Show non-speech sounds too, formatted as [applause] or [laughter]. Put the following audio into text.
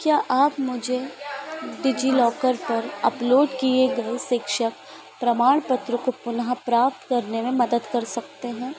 क्या आप मुझे डिजीलॉकर पर अपलोड किए [unintelligible] प्रमाण पत्र को पुनः प्राप्त करने में मदद कर सकते हैं